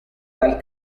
dal